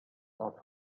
off